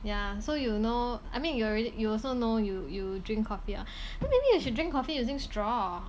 yeah so you know I mean you already you also know you you drink coffee ah then maybe you should drink coffee using straw